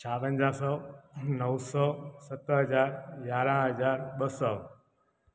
छावंजाह सौ नौ सौ सत हज़ार यारहां हज़ार ॿ सौ